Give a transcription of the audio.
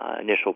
initial